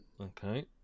Okay